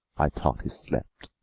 i thought he slept,